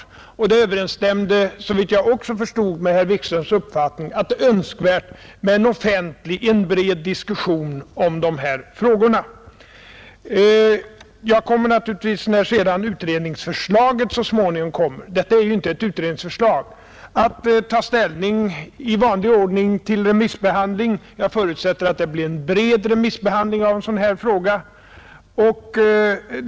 Såvitt jag förstod, överensstämmer det med herr Wikströms uppfattning att det är önskvärt med en bred offentlig diskussion om dessa frågor. Ännu finns alltså inget utredningsförslag, och när ett sådant så småningom föreligger så kommer jag naturligtvis att i vanlig ordning ta ställning till frågan om remissbehandlingen. Jag förutsätter att det blir en bred remissbehandling i en sådan här fråga.